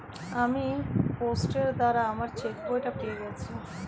আমি পোস্টের দ্বারা আমার চেকবইটা পেয়ে গেছি